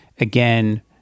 again